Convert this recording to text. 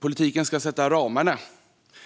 Politiken ska sätta ramarna,